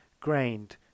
grained